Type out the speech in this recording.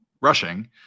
rushing